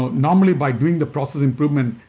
normally by doing the process improvement,